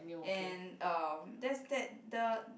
and uh that's that the